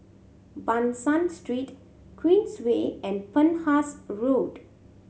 Ban San Street Queensway and Penhas Road